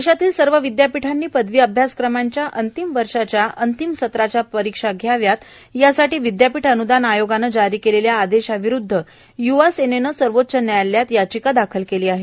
देशातल्या सर्व विदयापीठांनी पदवी अभ्यासक्रमांच्या अंतिम वर्षाच्या अंतिम सत्राच्या परीक्षा घ्याव्यात यासाठी विद्यापीठ अन्दान आयोगानं जारी केलेल्या आदेशाविरुद्ध युवा सेनेनं सर्वोच्च न्यायालयात याचिका दाखल केली आहे